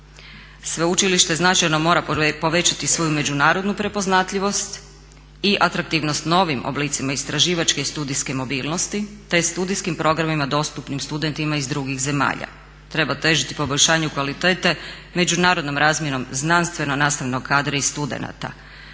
Sveučilište značajno mora povećati svoju međunarodnu prepoznatljivost i atraktivnost novim oblicima istraživačke i studijske mobilnosti, te studijskim programima dostupnim studentima iz drugih zemalja. Treba težiti poboljšanju kvalitete međunarodnom razmjenom znanstveno nastavnog kadra i studenata.